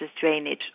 drainage